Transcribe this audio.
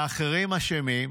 והאחרים אשמים,